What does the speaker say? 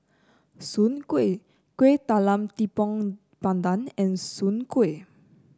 Soon Kway Kuih Talam Tepong Pandan and Soon Kway